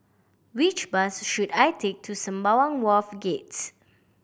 which bus should I take to Sembawang Wharves Gates